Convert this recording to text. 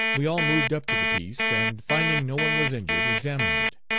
we all moved up to the piece, and, finding no one was injured, examined it.